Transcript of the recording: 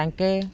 ତାଙ୍କେ